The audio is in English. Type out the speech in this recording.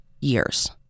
years